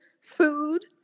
food